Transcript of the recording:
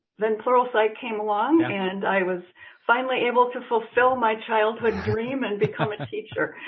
then pluralsight came along and i was finally able to fulfill my childhood dream and become a teacher.